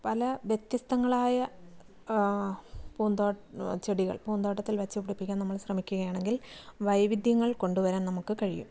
പല വ്യത്യസ്തങ്ങളായ പൂന്തോ ചെടികൾ പൂന്തോട്ടത്തിൽ വെച്ച് പിടിപ്പിക്കാൻ നമ്മൾ ശ്രമിക്കുകയാണെങ്കിൽ വൈവിധ്യങ്ങൾ കൊണ്ടുവരാൻ നമുക്ക് കഴിയും